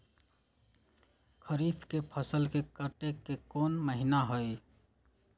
खरीफ के फसल के कटे के कोंन महिना हई?